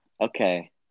okay